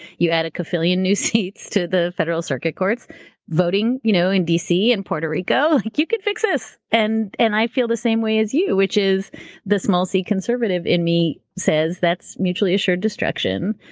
you add a kajilion new seats to the federal circuit courts voting you know in d. c. and puerto rico, you could fix this. and and i feel the same way as you, which is the small c conservative in me says that's mutually assured destruction.